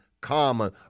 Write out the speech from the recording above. common